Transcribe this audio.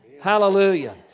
Hallelujah